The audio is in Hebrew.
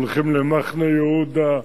הולכים למחנה-יהודה,